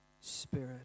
Spirit